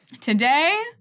today